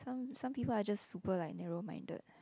some some people are just super like narrow minded